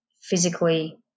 physically